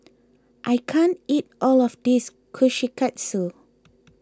I can't eat all of this Kushikatsu